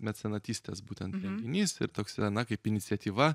mecenatystės būtent renginys ir toks kaip iniciatyva